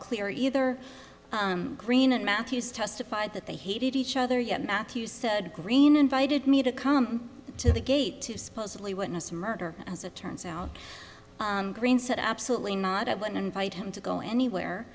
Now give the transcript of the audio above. clear either green and matthews testified that they hated each other yet matthew said green invited me to come to the gate to supposedly witness a murder as it turns out green said absolutely not i would invite him to go anywhere